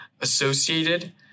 Associated